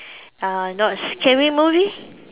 uh not scary movie